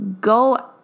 Go